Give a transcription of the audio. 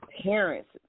parents